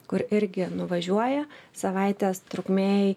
kur irgi nuvažiuoja savaitės trukmėj